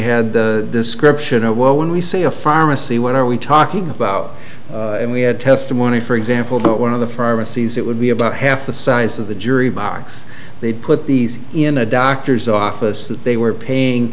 had the description of well when we say a pharmacy what are we talking about and we had testimony for example that one of the pharmacies it would be about half the size of the jury box they'd put these in a doctor's office that they were paying